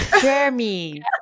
Jeremy